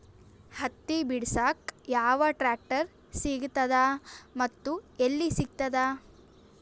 ಹತ್ತಿ ಬಿಡಸಕ್ ಯಾವ ಟ್ರಾಕ್ಟರ್ ಸಿಗತದ ಮತ್ತು ಎಲ್ಲಿ ಸಿಗತದ?